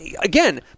again